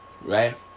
right